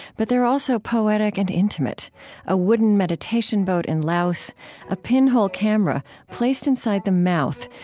but they're also poetic and intimate a wooden meditation boat in laos a pinhole camera placed inside the mouth,